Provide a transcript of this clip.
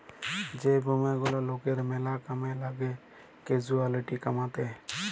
যে বীমা গুলা লকের ম্যালা কামে লাগ্যে ক্যাসুয়ালটি কমাত্যে